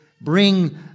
bring